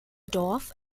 dorf